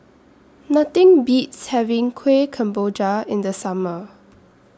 Nothing Beats having Kuih Kemboja in The Summer